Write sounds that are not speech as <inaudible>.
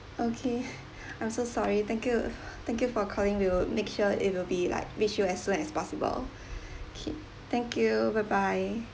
okay <breath> I'm so sorry thank you <breath> thank you for calling we'll make sure it will be like reach you as soon as possible <breath> okay thank you bye bye